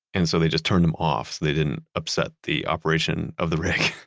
and so they just turned them off so they didn't upset the operation of the rig?